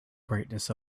brightness